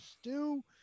stew